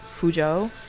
Fuzhou